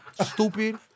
Stupid